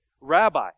Rabbi